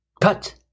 Cut